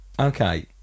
Okay